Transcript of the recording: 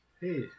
Hey